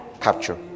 capture